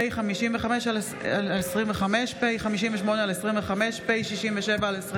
פ/55/25, פ/58/25, פ/67/25,